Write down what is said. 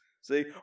See